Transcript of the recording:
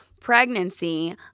pregnancy